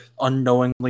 unknowingly